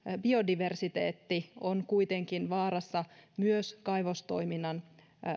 biodiversiteetti on kuitenkin vaarassa myös kaivostoiminnan